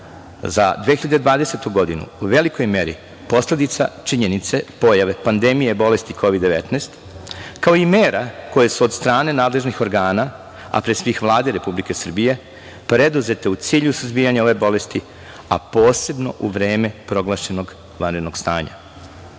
za 2020. godinu u velikoj meri posledica činjenice pojave pandemije bolesti Kovid - 19, kao i mera koje su od strane nadležnih organa, a pre svih Vlade Republike Srbije, preduzete u cilju suzbijanja ove bolesti, a posebno u vreme proglašenog vanrednog stanja. Mere